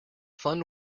fun